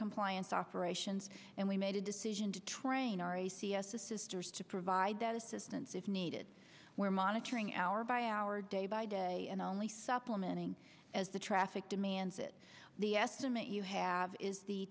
compliance operations and we made a decision to train our a c s assisters to provide that assistance if needed we're monitoring hour by hour day by day and only supplementing as the traffic demands it the estimate you have is the